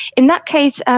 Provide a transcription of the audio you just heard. in that case